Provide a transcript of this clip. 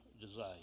desire